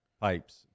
pipes